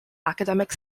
academic